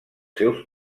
seus